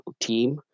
team